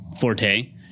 forte